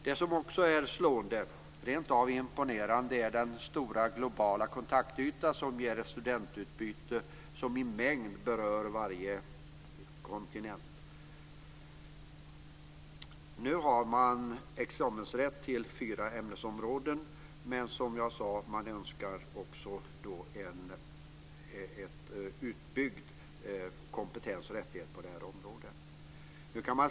Något annat slående - rentav imponerande - är den stora globala kontaktyta som ger ett studentutbyte som berör varje kontinent. Nu har man examensrätt på fyra ämnesområden. Som jag sade önskar man en utbyggd kompetens och fler rättigheter på detta område. Herr talman!